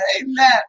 amen